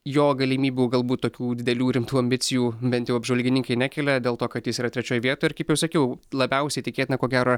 jo galimybių galbūt tokių didelių rimtų ambicijų bent jau apžvalgininkai nekelia dėl to kad jis yra trečioj vietoj ir kaip jau sakiau labiausiai tikėtina ko gero